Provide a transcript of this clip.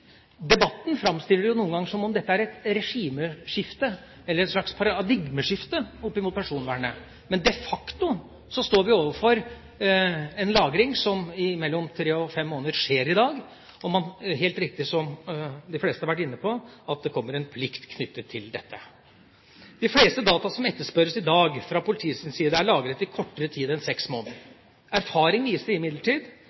Debatten framstiller det jo noen ganger som om dette er et regimeskifte, eller et slags paradigmeskifte, opp mot personvernet. Men de facto står vi overfor en lagring mellom tre og fem måneder, som skjer i dag, og det er helt riktig, som de fleste har vært inne på, at det kommer en plikt knyttet til dette. De fleste data som etterspørres i dag fra politiets side, er lagret i kortere tid enn seks